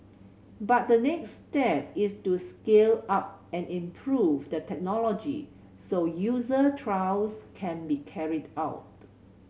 but the next step is to scale up and improve the technology so user trials can be carried out